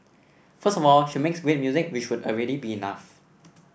first of all she makes great music which would already be enough